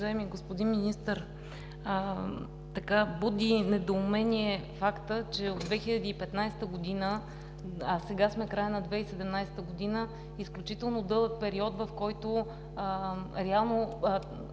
Уважаеми господин Министър, буди недоумение фактът, че от 2015 г., а сега сме края на 2017 г., изключително дълъг период, в който реално